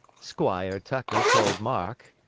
squire tucker told mark,